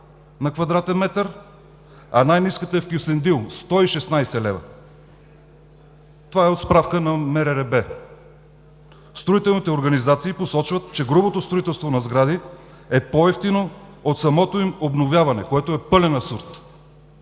на квадратен метър, а най-ниската е в Кюстендил – 116 лв. Това е от справка на МРРБ. Строителните организации посочват, че грубото строителство на сгради е по-евтино от самото им обновяване, което е пълен абсурд.